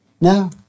No